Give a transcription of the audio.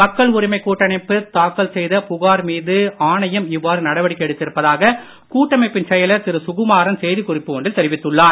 மக்கள் உரிமை கூட்டமைப்பு தாக்கல் செய்த புகார் மீது ஆணையம் இவ்வாறு நடவடிக்கை எடுத்திருப்பதாக கூட்டமைப்பின் செயலர் திரு சுகுமாரன் செய்தி குறிப்பு ஒன்றில் தெரிவித்துள்ளார்